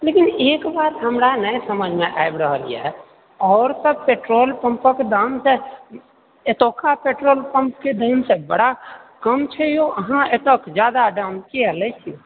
लेकिन एक बात हमरा नहि समझमे आबि रहल यऽ आओर सभ पेट्रोल पम्पक दाम तऽ एतुका पेट्रोल पम्पके दामसँ बड़ा कम छै यो अहाँ एतेक जादा दाम किए लए छिऐ